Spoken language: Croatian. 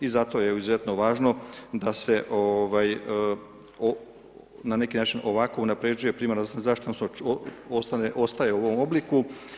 I zato je izuzetno važno da se na neki način ovako unapređuje primarna zdravstvena zaštita odnosno ostaje u ovom obliku.